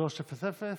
שלוש, אפס, אפס.